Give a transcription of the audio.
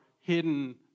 hidden